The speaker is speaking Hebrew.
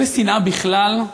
לא לשנאה בכלל,